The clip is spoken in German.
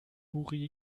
burj